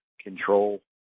control